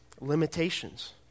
limitations